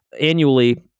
annually